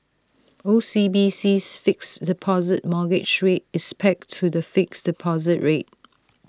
OCBC's fixed deposit mortgage rate is pegged to the fixed deposit rate